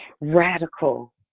radical